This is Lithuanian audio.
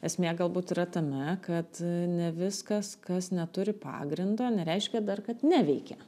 esmė galbūt yra tame kad ne viskas kas neturi pagrindo nereiškia dar kad neveikia